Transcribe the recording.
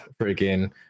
freaking